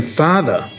father